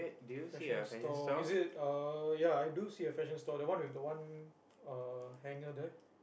fashion store is it uh ya I do see a fashion store the one with the one uh hanger there